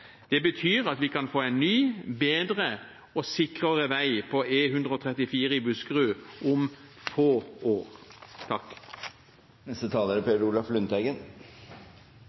Det betyr at vi kan få en ny, bedre og sikrere vei på E134 i Buskerud om få år. E134 Damåsen–Saggrenda i Buskerud er